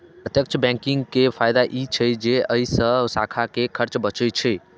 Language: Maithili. प्रत्यक्ष बैंकिंग के फायदा ई छै जे अय से शाखा के खर्च बचै छै